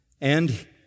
And